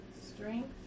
strength